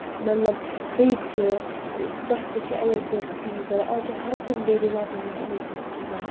مطلب فریج چھُ تَتھ تہِ چھُ اَلیکٹرسِٹی ضوٚرَتھ آز چھِ ہر کُنہِ ڈیلی لایفہِ مَنٛز چھِ اَلیکٹرسِٹی ضوٚرَتھ